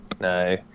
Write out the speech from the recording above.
No